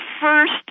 first